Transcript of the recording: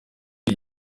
iyi